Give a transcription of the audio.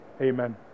Amen